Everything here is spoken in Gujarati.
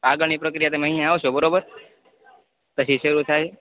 આગળની પ્રક્રિયા તમે અહીંયાં આવશો બરોબર પછી શરૂ થાય